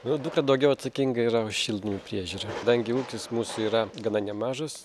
nu dukra daugiau atsakinga yra už šiltnamio priežiūrą kadangi ūkis mūsų yra gana nemažas